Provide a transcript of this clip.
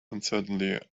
uncertainly